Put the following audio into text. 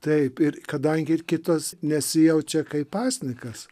taip ir kadangi ir kitas nesijaučia kaip pasninkas